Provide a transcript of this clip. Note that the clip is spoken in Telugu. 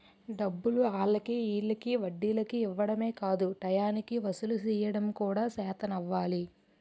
డబ్బులు ఆల్లకి ఈల్లకి వడ్డీలకి ఇవ్వడమే కాదు టయానికి వసూలు సెయ్యడం కూడా సేతనవ్వాలి